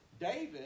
David